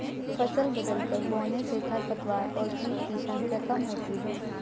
फसल बदलकर बोने से खरपतवार और कीट की संख्या कम होती है